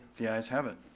the ayes have it.